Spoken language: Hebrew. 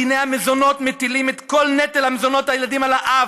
דיני המזונות מטילים את כל נטל מזונות הילדים על האב.